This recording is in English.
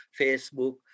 Facebook